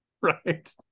right